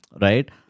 Right